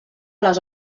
les